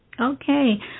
Okay